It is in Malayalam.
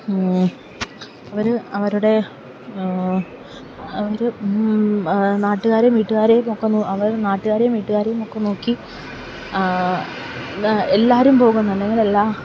അവര് അവരുടെ അവര് നാട്ടുകാരെയും വീട്ടുകാരെയും ഒക്കെ അവര് നാട്ടുകാരെയും വീട്ടുകാരെയും ഒക്കെ നോക്കി എല്ലാവരും പോകുന്നുണ്ടെങ്കിൽ എല്ലാ